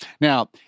Now